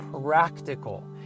practical